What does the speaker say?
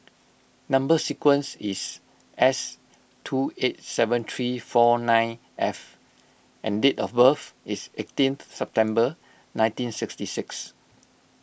Number Sequence is S two eight seven three four nine F and date of birth is eighteenth September nineteen sixty six